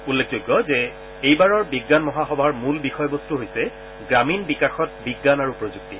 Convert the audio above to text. উল্লেখযোগ্য যে এইবাৰৰ বিজ্ঞান মহাসভাৰ মূল বিষয়বস্ত হৈছে গ্ৰামীণ বিকাশত বিজ্ঞান আৰু প্ৰযুক্তি